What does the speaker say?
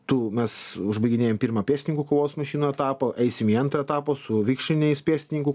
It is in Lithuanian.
tu mes užbaiginėjam pirmą pėstininkų kovos mašiną etapą eisim į antrą etapą su vikšriniais pėstininkų